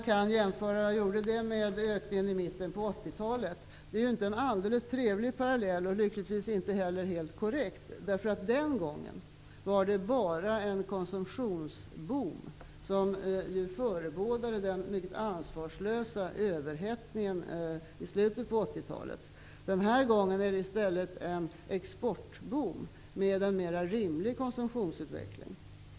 Jag jämförde med ökningen i mitten på 1980-talet. Det är inte en alldeles trevlig parallell och lyckligtvis inte heller helt korrekt. Den gången var det bara en konsumtionsboom som förebådade den mycket ansvarslösa överhettningen i slutet på 1980-talet. Den här gången är det i stället en exportboom med en mer rimlig konsumtionsutveckling.